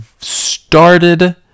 started